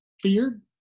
feared